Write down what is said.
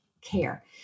care